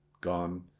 gone